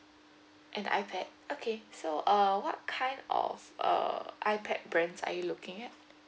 and ipad okay so uh what kind of uh ipad brands are you looking at